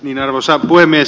arvoisa puhemies